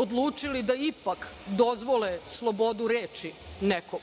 odlučili da ipak dozvole slobodu reči nekom.